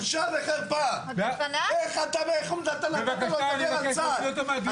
בבקשה, אני מבקש להוציא אותם מהדיון.